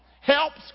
Help's